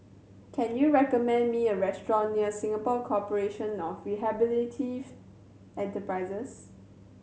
can you recommend me a restaurant near Singapore Corporation of Rehabilitative Enterprises